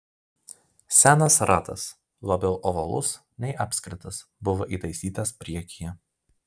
senas ratas labiau ovalus nei apskritas buvo įtaisytas priekyje